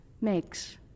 makes